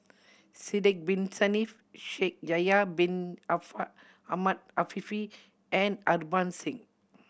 Sidek Bin Saniff Shaikh Yahya Bin Ahmed Afifi and Harbans Singh